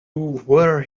were